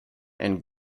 and